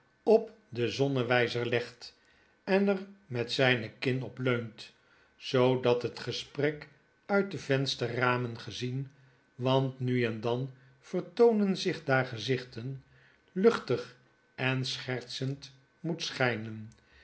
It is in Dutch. op den zonnewjjzer legt en er met zijne kin op leunt zoodat het gesprek uit de vensterramen gezien want nu en dan vertoonen zich daar gezichten luchtig en schertsend moet schjjnen